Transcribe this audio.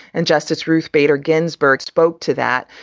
and justice ruth bader ginsburg spoke to that.